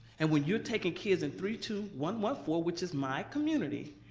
and when you're taking kids in three, two, one, one, four, which is my community,